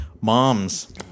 moms